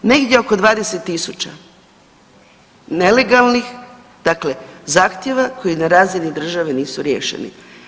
Negdje oko 20.000 nelegalnih dakle zahtjeva koji na razini države nisu riješeni.